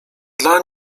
dla